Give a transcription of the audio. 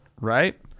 right